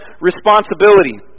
responsibility